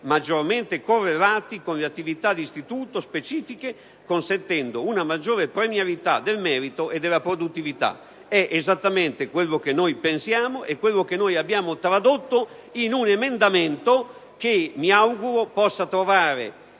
maggiormente correlati con la specifica attività di istituto, consentendo una maggiore premialità del merito e della produttività». È esattamente ciò che pensiamo, e che abbiamo tradotto in un emendamento che mi auguro possa trovare